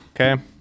okay